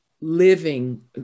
living